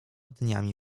dniami